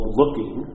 looking